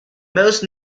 most